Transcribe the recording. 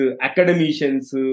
academicians